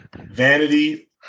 vanity